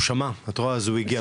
הוא שמע אז הוא הגיע,